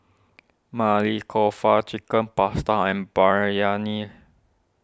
Maili Kofta Chicken Pasta and Biryani